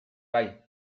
bai